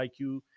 IQ